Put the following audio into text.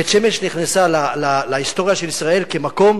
בית-שמש נכנסה להיסטוריה של ישראל כמקום